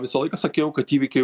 visą laiką sakiau kad įvykiai